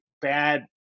bad